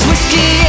Whiskey